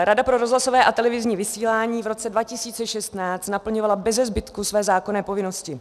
Rada pro rozhlasové a televizní vysílání v roce 2016 naplňovala bezezbytku své zákonné povinnosti.